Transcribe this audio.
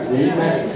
amen